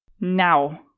Now